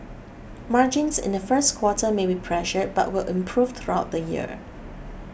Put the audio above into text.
margins in the first quarter may be pressured but will improve throughout the year